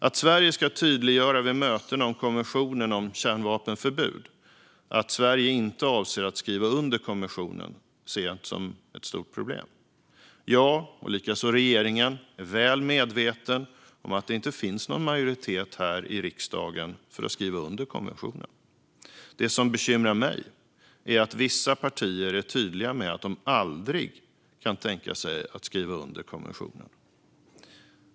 Att Sverige vid möten om konventionen om kärnvapenförbud ska tydliggöra att Sverige inte avser att skriva under konventionen ser jag inte som ett stort problem. Jag är väl medveten om att det inte finns någon majoritet här i riksdagen för att skriva under konventionen, och det är regeringen likaså. Det som bekymrar mig är att vissa partier är tydliga med att de aldrig kan tänka sig att skriva under konventionen.